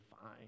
fine